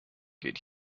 geht